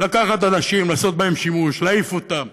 לקחת אנשים, לעשות בהם שימוש, להעיף אותם,